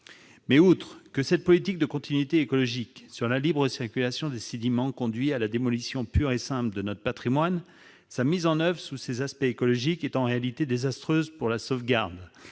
Outre que cette politique de continuité écologique sur la libre circulation des sédiments conduit à la démolition pure et simple de notre patrimoine, sa mise en oeuvre, sous ses aspects « écologiques », est en réalité désastreuse pour la sauvegarde